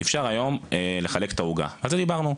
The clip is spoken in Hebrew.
אפשר היום לחלק את העוגה ועל זה דיברנו.